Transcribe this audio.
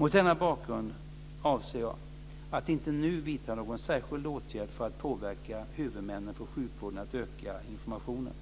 Mot denna bakgrund avser jag inte att nu vidta någon särskild åtgärd för att påverka huvudmännen för sjukvården att öka informationen.